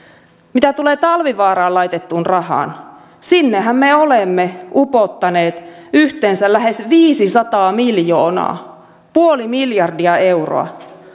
mitä tulee talvivaaraan laitettuun rahaan sinnehän me olemme upottaneet yhteensä lähes viisisataa miljoonaa puoli miljardia euroa